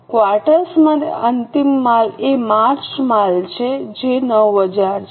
quarter માટે અંતિમ માલ એ માર્ચ માલ છે જે 9000 છે